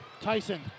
Tyson